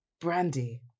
Brandy